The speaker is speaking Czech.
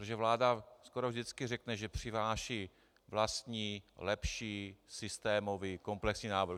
Protože vláda skoro vždycky řekne, že přináší vlastní lepší systémový komplexní návrh.